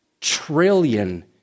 trillion